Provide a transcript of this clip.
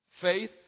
Faith